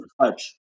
touch